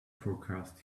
forecast